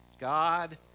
God